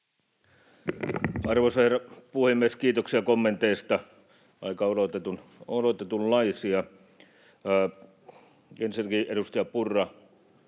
Arvoisa herra puhemies! Kiitoksia kommenteista — aika odotetunlaisia. Ensinnäkin edustaja Purralle